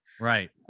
Right